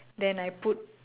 then I put